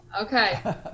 Okay